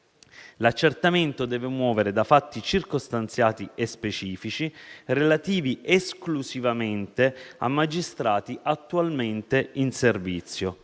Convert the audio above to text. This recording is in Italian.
L'accertamento deve muovere da fatti circostanziati e specifici, relativi esclusivamente a magistrati attualmente in servizio.